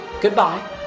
Goodbye